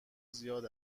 زیاد